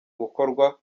gukorwa